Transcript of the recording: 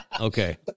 Okay